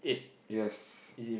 yes